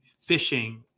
Fishing